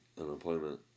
unemployment